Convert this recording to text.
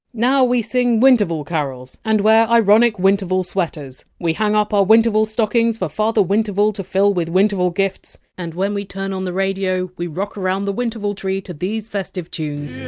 now we sing winterval carols and wear ironic winterval sweaters we hang up our winterval stockings for father winterval to fill with winterval gifts and when we turn on the radio, we rock around the winterval tree to these festive tunes